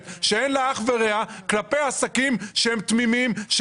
שאין לה אח ורע כלפי עסקים שהם תמימים,